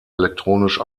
elektronisch